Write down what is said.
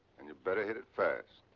and better hit it fast.